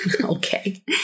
Okay